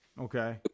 Okay